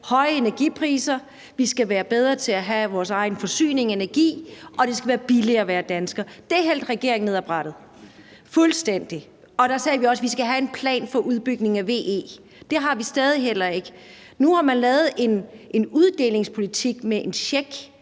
høje energipriser skal vi være bedre til at have vores egen forsyning og energi, og at det skal være billigere at være dansker. Det hældte regeringen ned ad brættet, fuldstændig. Og der sagde vi også, at vi skal have en plan for udbygningen af VE. Det har vi stadig ikke. Nu har man lavet en uddelingspolitik med en check,